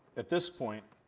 at this point,